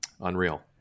unreal